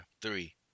three